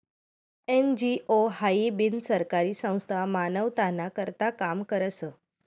NGO हाई बिनसरकारी संस्था मानवताना करता काम करस